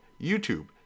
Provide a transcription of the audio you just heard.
YouTube